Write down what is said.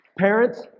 Parents